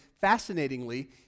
Fascinatingly